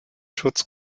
schutz